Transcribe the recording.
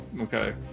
okay